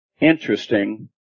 interesting